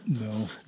No